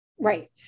Right